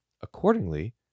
Accordingly